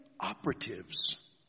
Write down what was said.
operatives